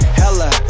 hella